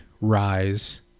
rise